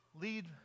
lead